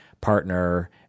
partner